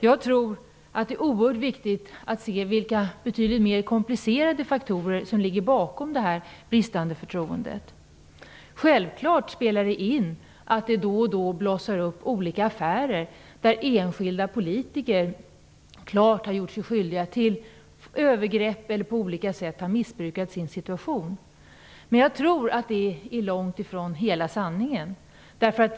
Jag tror att det är oerhört viktigt att se vilka faktorer, som är betydligt mer komplicerade, som ligger bakom detta bristande förtroende. Självklart spelar det in att det då och då blossar upp olika affärer, där enskilda politiker klart har gjort sig skyldiga till övergrepp eller på olika sätt har missbrukat sin situation. Men jag tror att det är långt ifrån hela sanningen.